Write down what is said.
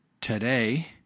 today